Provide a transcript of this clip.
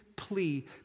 plea